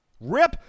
Rip